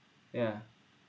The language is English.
yeah